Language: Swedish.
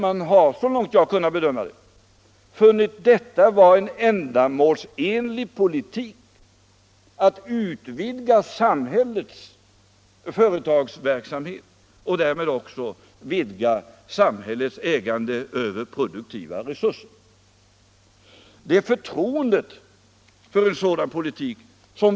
Man har så långt jag har kunnat bedöma funnit det vara en ändamålsenlig politik att utvidga samhällets företagsverksamhet och därmed också vidga samhällets inflytande över produktiva resurser. Vi måste bygga upp förtroendet för en sådan politik.